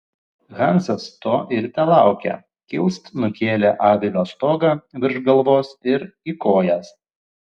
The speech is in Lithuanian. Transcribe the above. hansas to ir telaukė kilst nukėlė avilio stogą virš galvos ir į kojas